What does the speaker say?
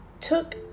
took